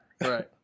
Right